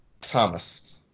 Thomas